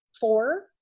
four